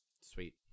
Sweet